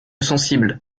sensible